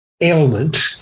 ailment